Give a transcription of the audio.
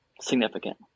significant